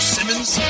Simmons